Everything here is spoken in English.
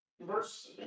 Verse